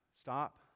Stop